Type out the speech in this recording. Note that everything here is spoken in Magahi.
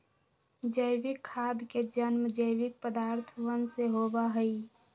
जैविक खाद के जन्म जैविक पदार्थवन से होबा हई